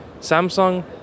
Samsung